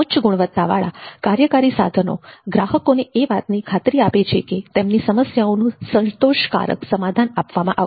ઉચ્ચ ગુણવત્તાવાળા કાર્યકારી સાધનો ગ્રાહકોને એ વાતની ખાત્રી આપે છે કે તેમની સમસ્યાઓનું સંતોષકારક સમાધાન આપવામાં આવશે